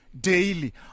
daily